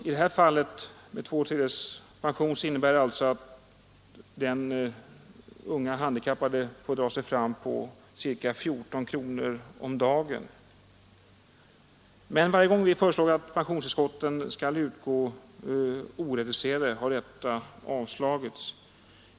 I detta fall innebär två tredjedels pension att den unga handikappade människan får dra sig fram på ca 14 kronor om dagen. Varje gång vi föreslagit att pensionstillskotten skall utgå oreducerade har detta förslag avvisats.